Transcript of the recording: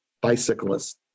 bicyclists